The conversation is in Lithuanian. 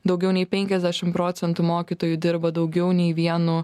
daugiau nei penkiasdešim procentų mokytojų dirba daugiau nei vienu